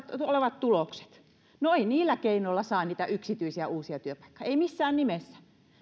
olemaan tulokset no ei niillä keinoilla saa niitä yksityisiä uusia työpaikkoja ei missään nimessä